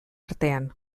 artean